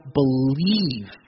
believe